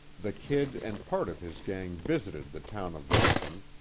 the kid and part of his gang visited the town of lincoln,